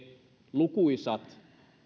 lukuisat